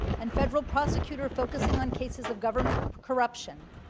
and federal prosecutor focusing on cases of government corruption,